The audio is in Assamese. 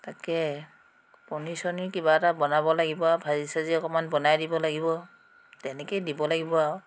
তাকে পনিৰ চনিৰ কিবা এটা বনাব লাগিব আৰু ভাজি চাজি অকণমান বনাই দিব লাগিব তেনেকৈয়ে দিব লাগিব আৰু